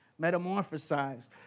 metamorphosized